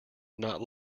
not